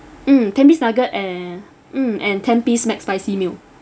mm ten piece nugget and mm and ten piece mcspicy meal